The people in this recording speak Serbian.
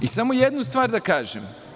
Samo jednu stvar da kažem.